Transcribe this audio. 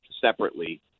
separately